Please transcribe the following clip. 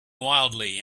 wildly